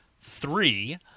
three